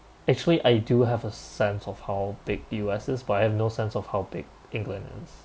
actually I do have a sense of how big U_S is but I have no sense of how big england is